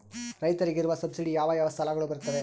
ರೈತರಿಗೆ ಇರುವ ಸಬ್ಸಿಡಿ ಯಾವ ಯಾವ ಸಾಲಗಳು ಬರುತ್ತವೆ?